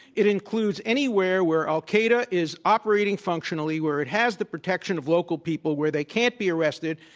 it includes anywhere where al-qaeda is operating functionally, where it has the protection of local people, where they can't be arrested,